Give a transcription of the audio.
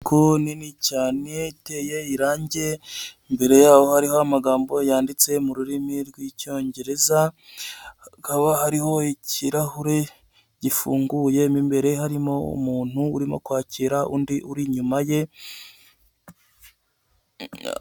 Inyubako nini cyane iteye irangi imbere yaho hariho amagambo yanditse mu rurimi rw'icyongereza, hakaba hariho ikirahure gifunguyemo mo imbere harimo umuntu urimo kwakira undi uri inyuma ye.